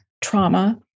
trauma